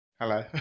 hello